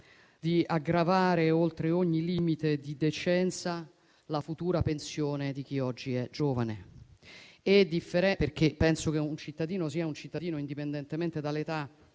di aggravare oltre ogni limite di decenza la futura pensione di chi oggi è giovane. Questo perché io penso che un cittadino sia un cittadino indipendentemente dall'età